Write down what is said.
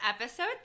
episode